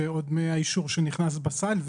עוד מהאישור שנכנס לסל,